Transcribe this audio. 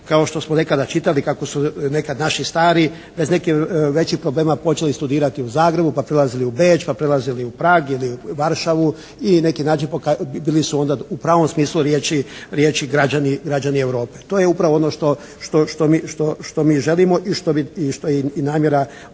kao što smo nekada čitali kako su nekad naši stari bez nekih većih problema počeli studirati u Zagrebu pa prelazili u Beč pa prelazili u Prag ili u Varšavu i na neki način bili su onda u pravom smislu građani Europe. To je upravo ono što mi želimo i što je i namjera stranke